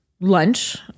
lunch